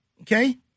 Okay